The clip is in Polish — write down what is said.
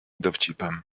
dowcipem